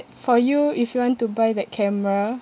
for you if you want to buy that camera